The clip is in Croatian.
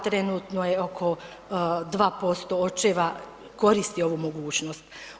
Trenutno je oko 2% očeva koristi ovu mogućnost.